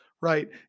right